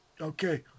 Okay